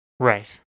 Right